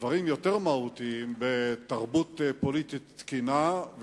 דברים יותר מהותיים בתרבות פוליטית תקינה.